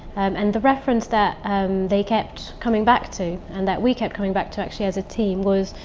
and the reference that um they kept coming back to. and that we kept coming back to actually as a team, was.